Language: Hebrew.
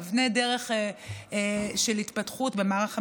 ונעשו מעשים והיו אבני דרך של התפתחות במערך המילואים,